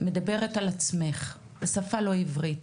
מדברת על עצמך בשפה שהיא לא עברית,